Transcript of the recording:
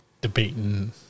debating